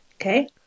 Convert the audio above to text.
Okay